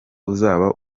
uzaba